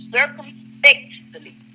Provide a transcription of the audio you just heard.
circumspectly